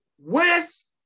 West